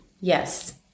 Yes